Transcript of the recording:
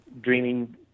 dreaming